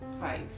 five